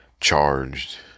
charged